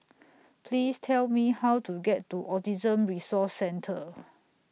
Please Tell Me How to get to Autism Resource Centre